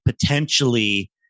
potentially